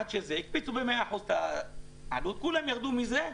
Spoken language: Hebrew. עד שזה הקפיצו את המחיר במאה אחוז ואז כולם ירדו מזה.